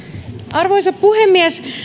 arvoisa puhemies